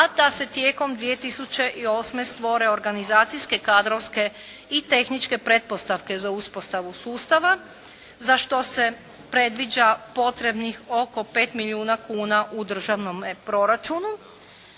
a da se tijekom 2008. stvore organizacijske, kadrovske i tehničke pretpostavke za uspostavu sustava za što se predviđa potrebnih oko 5 milijuna kuna u državnome proračunu.